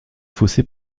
fossés